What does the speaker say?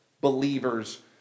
believers